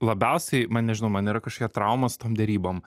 labiausiai man nežinau man yra kažkokia trauma su tom derybom